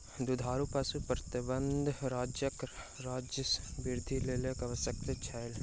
दुधारू पशु प्रबंधन राज्यक राजस्व वृद्धिक लेल आवश्यक छल